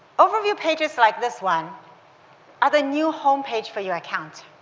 overview pages like this one are the new home page for your account.